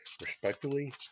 Respectfully